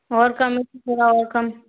और कम हो तो थोड़ा और कम